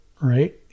right